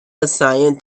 gaussian